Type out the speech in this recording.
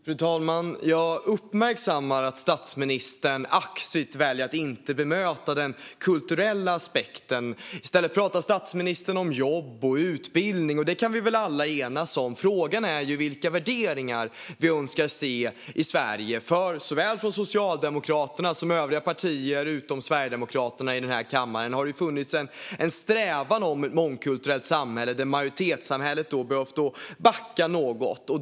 Fru talman! Jag uppmärksammar att statsministern aktivt väljer att inte bemöta den kulturella aspekten. I stället pratar statsministern om jobb och utbildning. Det kan vi väl alla enas om. Frågan är vilka värderingar vi önskar se i Sverige. Från såväl Socialdemokraterna som övriga partier utom Sverigedemokraterna i den här kammaren har det funnits en strävan mot ett mångkulturellt samhälle där majoritetssamhället behövt backa något.